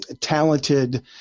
talented